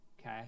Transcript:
Okay